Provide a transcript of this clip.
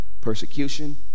persecution